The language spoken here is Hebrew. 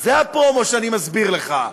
זה הפרומו שאני מסביר לך: